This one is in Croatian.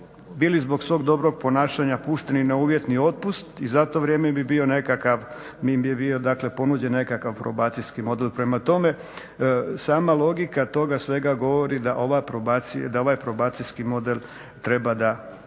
bili zbog svog dobrog ponašanja pušteni na uvjetni otpust i za to vrijeme bi bio nekakav, bi im bio dakle ponuđen nekakav probacijski model. Prema tome, sama logika toga svega govori da ovaj probacijski model treba da